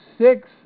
six